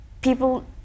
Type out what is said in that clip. people